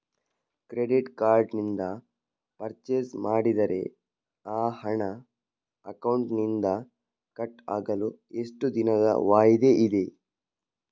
Credit card ನಿಂದ purchase ಮಾಡಿದರೆ ಆ ಹಣ ಅಕೌಂಟಿನಿಂದ ಕಟ್ ಆಗಲು ಎಷ್ಟು ದಿನದ ವಾಯಿದೆ ಇದೆ?